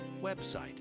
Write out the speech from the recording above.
website